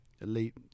elite